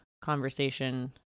conversation